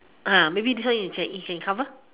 maybe this one you can you can cover